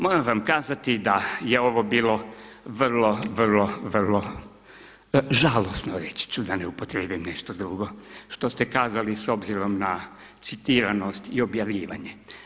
Moram vam kazati da je ovo bilo, vrlo, vrlo žalosno, reći ću da ne upotrijebim nešto drugo što ste kazali s obzirom na citiranost i objavljivanje.